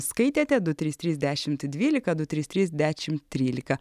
skaitėte du trys trys dešimt dvylika du trys trys dešimt trylika